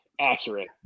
accurate